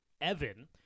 Evan